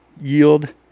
yield